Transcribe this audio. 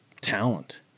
talent